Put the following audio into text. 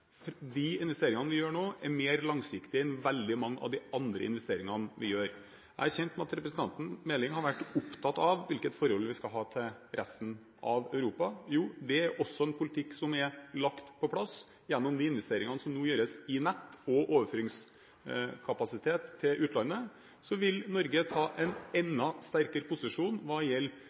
De investeringene vi gjør nå, er mer langsiktige enn veldig mange av de andre investeringene vi gjør. Jeg er kjent med at representanten Meling har vært opptatt av hvilket forhold vi skal ha til resten av Europa. Jo, det er også en politikk som er lagt på plass. Gjennom de investeringene som nå gjøres i nett og overføringskapasitet til utlandet, vil Norge innta en enda sterkere posisjon hva